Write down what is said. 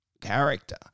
character